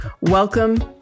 Welcome